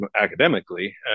academically